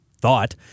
thought